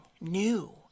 new